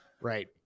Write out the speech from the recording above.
right